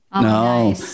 no